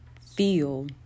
feel